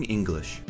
English